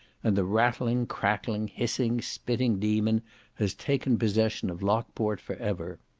and the rattling, crackling, hissing, spitting demon has taken possession of lockport for ever.